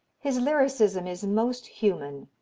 his lyricism is most human,